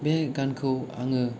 बे गानखौ आङो